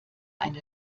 eine